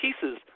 pieces